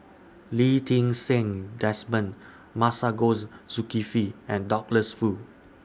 Lee Ti Seng Desmond Masagos Zulkifli and Douglas Foo